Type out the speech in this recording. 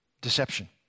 deception